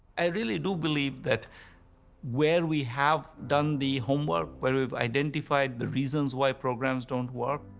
i really do believe that where we have done the homework, where we've identified the reasons why programs don't work,